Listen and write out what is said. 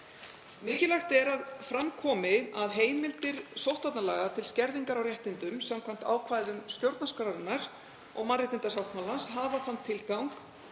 Mikilvægt er að fram komi að heimildir sóttvarnalaga til skerðingar á réttindum, samkvæmt ákvæðum stjórnarskrárinnar og mannréttindasáttmálans, hafa þann tilgang